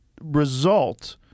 result